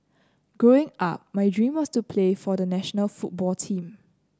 Growing Up my dream was to play for the national football team